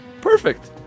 Perfect